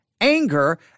anger